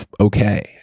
okay